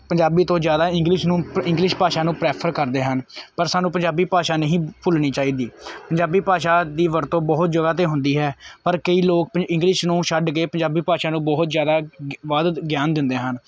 ਪੰਜਾਬੀ ਤੋਂ ਜ਼ਿਆਦਾ ਇੰਗਲਿਸ਼ ਨੂੰ ਇੰਗਲਿਸ਼ ਭਾਸ਼ਾ ਨੂੰ ਪ੍ਰੈਫਰ ਕਰਦੇ ਹਨ ਪਰ ਸਾਨੂੰ ਪੰਜਾਬੀ ਭਾਸ਼ਾ ਨਹੀਂ ਭੁੱਲਣੀ ਚਾਹੀਦੀ ਪੰਜਾਬੀ ਭਾਸ਼ਾ ਦੀ ਵਰਤੋਂ ਬਹੁਤ ਜਗ੍ਹਾ 'ਤੇ ਹੁੰਦੀ ਹੈ ਪਰ ਕਈ ਲੋਕ ਇੰਗਲਿਸ਼ ਨੂੰ ਛੱਡ ਕੇ ਪੰਜਾਬੀ ਭਾਸ਼ਾ ਨੂੰ ਬਹੁਤ ਜ਼ਿਆਦਾ ਗਿ ਵੱਧ ਗਿਆਨ ਦਿੰਦੇ ਹਨ